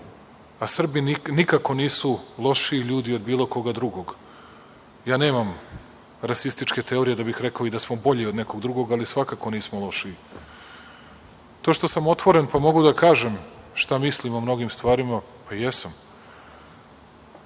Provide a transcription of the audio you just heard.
a Srbi nikako nisu lošiji ljudi od bilo koga drugog. Ja nemam rasističke teorije da bih rekao i da smo bolji od nekog drugog, ali svakako nismo lošiji. To što sam otvoren, pa mogu da kažem šta mislim o mnogim stvarima, pa jesam.